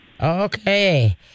Okay